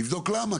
תבדוק למה,